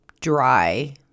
dry